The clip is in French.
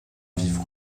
vifs